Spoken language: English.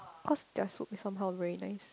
cause their soup is somehow really nice